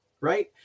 right